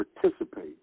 participate